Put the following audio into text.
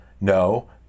No